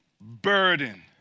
burden